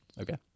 Okay